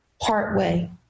partway